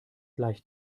gleich